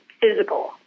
physical